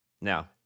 Now